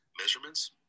Measurements